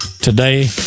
Today